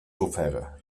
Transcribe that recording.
ofega